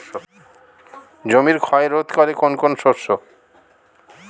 জমির ক্ষয় রোধ করে কোন কোন শস্য?